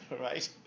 Right